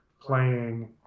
playing